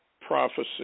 prophecy